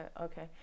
okay